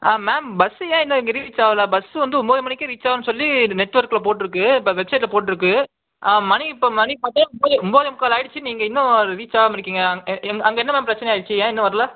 ஆ ma'am bus ஏன் இன்னும் இங்கே ரீச் ஆகல பஸ்ஸு வந்து ஒம்பது மணிக்கே ரீச் ஆகும்னு சொல்லி இது நெட்ஒர்க்ல போட்டிருக்கு இப்போ வெப்சைட்ல போட்டிருக்கு மணி இப்போ மணி பார்த்தா ஒம்பதே ஒம்பதே முக்கால் ஆயிடுச்சு நீங்கள் இன்னும் ரீச் ஆகாமல் இருக்கீங்க அங் எ அங்கே என்ன மேம் பிரச்சனை ஆயிடுச்சு ஏன் இன்னும் வரல